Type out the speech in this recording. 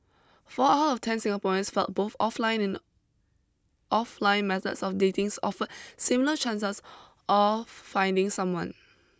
four out of ten Singaporeans felt both offline and offline methods of dating offered similar chances of finding someone